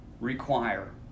require